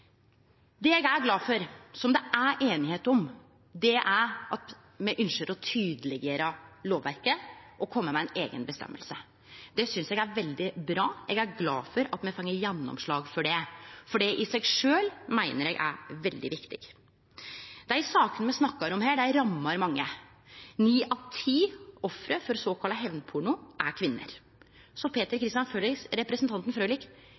Det eg er glad for, og som det er einigheit om, er at me ynskjer å tydeleggjere lovverket og kome med ei eiga føresegn. Det synest eg er veldig bra. Eg er glad for at me har fått gjennomslag for det, for det i seg sjølv meiner eg er veldig viktig. Dei sakene me snakkar om her, rammar mange. Ni av ti offer for såkalla hevnporno er kvinner. Så – igjen til representanten Frølich